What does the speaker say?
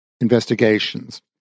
investigations